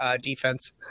defense